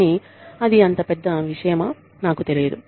కానీ అది అంత పెద్ద విషయమానాకు తెలియదు